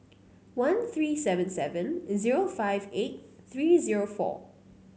one three seven seven zero five eight three zero four